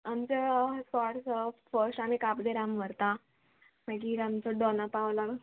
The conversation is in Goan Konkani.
आमचो फाट स फर्स्ट आमी काब दे राम व्हरता मागीर आमचो दोना पावला